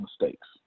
mistakes